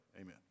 amen